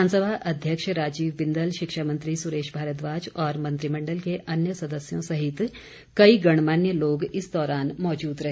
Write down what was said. विधानसभा अध्यक्ष राजीव बिंदल शिक्षा मंत्री सुरेश भारद्वाज और मंत्रिमण्डल के अन्य सदस्यों सहित कई गणमान्य लोग इस दौरान मौजूद रहे